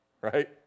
Right